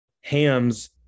Ham's